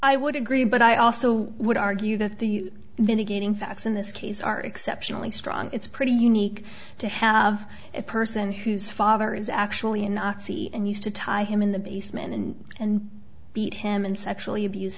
i would agree but i also would argue that the then again in facts in this case are exceptionally strong it's pretty unique to have a person whose father is actually a nazi and used to tie him in the basement and beat him and sexually abuse